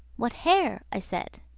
what hare? i said.